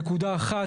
נקודה אחת,